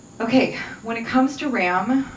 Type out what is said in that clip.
ok, when it comes to ram,